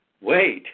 wait